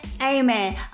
Amen